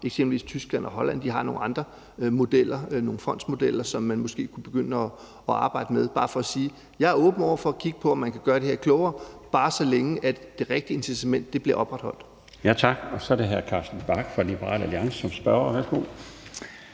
Eksempelvis Tyskland og Holland har nogle andre modeller, nogle fondsmodeller, som man måske kunne begynde at arbejde med. Det er bare for at sige, at jeg er åben over for at kigge på, om man kan gøre det her klogere, bare, så længe det rigtige incitament bliver opretholdt. Kl. 20:44 Den fg. formand (Bjarne Laustsen): Tak. Så er det hr. Carsten Bach fra Liberal Alliance som spørger.